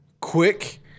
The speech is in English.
quick